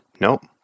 Nope